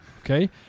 Okay